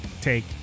take